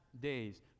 days